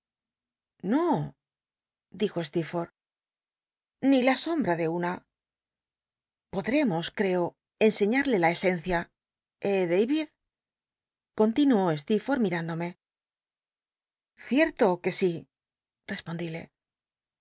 xo dijo stcerforth i la sombra de una podremos creo enseñarle la esencia eh david continuó stccrforth mirándome cierto que sí rcspondílc